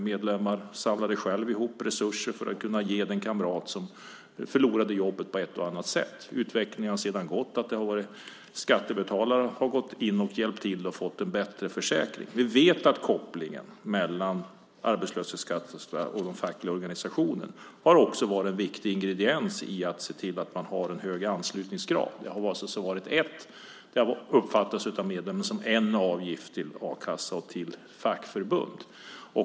Medlemmar samlade själva ihop resurser för att kunna hjälpa den kamrat som förlorade jobbet på ett eller annat sätt. Utvecklingen har sedan lett till att skattebetalarna har gått in och hjälpt till så att man har fått en bättre försäkring. Vi vet att kopplingen mellan arbetslöshetskassa och den fackliga organisationen har varit en viktig ingrediens i att se till att man har en hög anslutningsgrad. Det har uppfattats av medlemmarna som en avgift till a-kassa och till fackförbund.